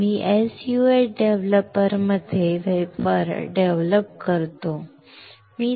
आम्ही SU 8 डेव्हलपरमध्ये wafer develop करतो